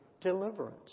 deliverance